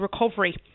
recovery